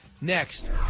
Next